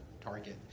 target